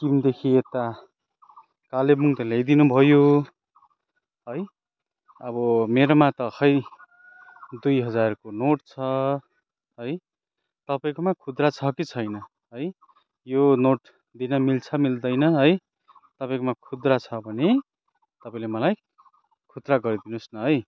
सिक्किमदेखि यता कालेबुङ त ल्याइदिनु भयो है अब मेरोमा त खोइ दुई हजारको नोट छ है तपाईँकोमा खुद्रा छ कि छैन है यो नोट दिन मिल्छ मिल्दैन है तपाईँकोमा खुद्रा छ भने तपाईँले मलाई खुद्रा गरिदिनुहोस् न है